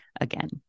again